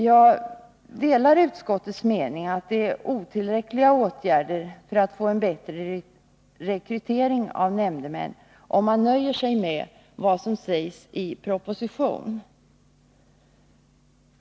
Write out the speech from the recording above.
Jag delar utskottets mening att det innebär otillräckliga åtgärder för att få en bättre rekrytering av nämndemän om man nöjer sig med vad som sägs i propositionen.